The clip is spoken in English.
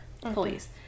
police